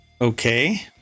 Okay